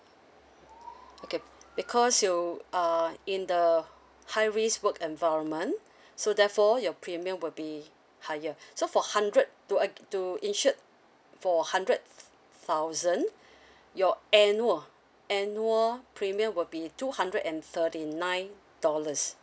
okay because you are in the high risk work environment so therefore your premium will be higher so for hundred to ag~ to insured for hundred th~ thousand your annual annual premium will be two hundred and thirty nine dollars